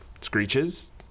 screeches